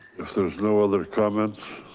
if there's no other comments.